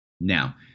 Now